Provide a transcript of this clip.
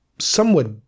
somewhat